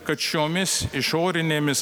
kad šiomis išorinėmis